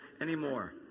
anymore